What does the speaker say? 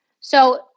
So-